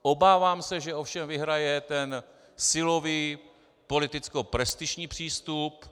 Obávám se ovšem, že vyhraje ten silový politickoprestižní přístup.